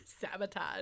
Sabotage